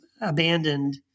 abandoned